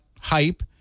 hype